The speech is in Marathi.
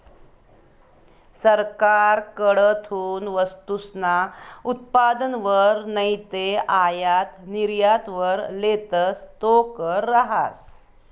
सरकारकडथून वस्तूसना उत्पादनवर नैते आयात निर्यातवर लेतस तो कर रहास